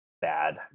bad